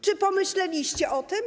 Czy pomyśleliście o tym?